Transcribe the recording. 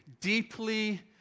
deeply